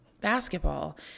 basketball